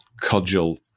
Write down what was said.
cudgel